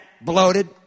bloated